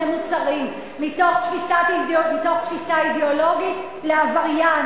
מוצרים מתוך תפיסה אידיאולוגית לעבריין,